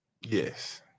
Yes